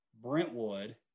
Brentwood